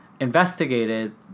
investigated